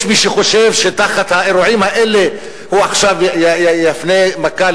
יש מי שחושב שתחת האירועים האלה הוא עכשיו יפנה מכה